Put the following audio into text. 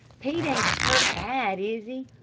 pete ain't hurt bad, is he?